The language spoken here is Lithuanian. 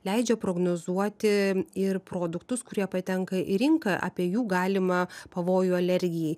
leidžia prognozuoti ir produktus kurie patenka į rinką apie jų galimą pavojų alergijai